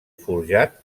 forjat